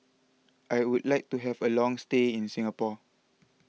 I would like to have a long stay in Singapore